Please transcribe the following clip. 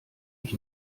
ich